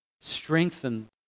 strengthen